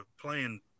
playing